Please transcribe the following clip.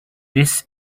this